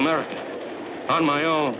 america on my own